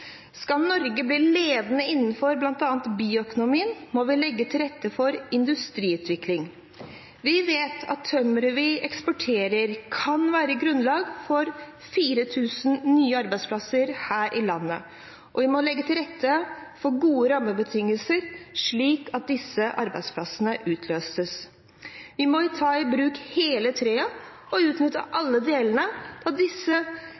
Skal Norge bli ledende innenfor bl.a. bioøkonomien, må vi legge til rette for industriutvikling. Vi vet at tømmeret vi eksporterer, kan være grunnlag for 4 000 nye arbeidsplasser her i landet, og vi må legge til rette med gode rammebetingelser, slik at disse arbeidsplassene utløses. Vi må ta i bruk hele treet og utnytte alle delene, da disse